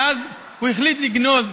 ואז הוא החליט לגנוז.